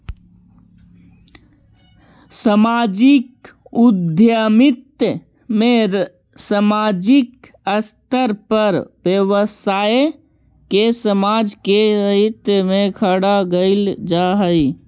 सामाजिक उद्यमिता में सामाजिक स्तर पर व्यवसाय के समाज के हित में खड़ा कईल जा हई